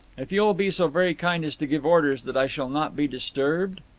if you will be so very kind as to give orders that i shall not be disturbed.